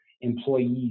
employees